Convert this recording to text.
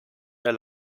der